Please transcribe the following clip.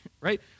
right